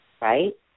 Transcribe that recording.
right